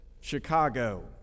Chicago